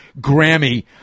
Grammy